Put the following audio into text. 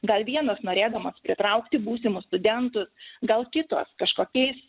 gal vienos norėdamos pritraukti būsimus studentus gal kitos kažkokiais